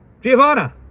Giovanna